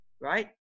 right